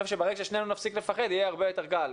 ברגע ששנינו נפסיק לפחד יהיה הרבה יותר קל,